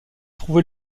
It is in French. trouvé